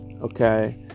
Okay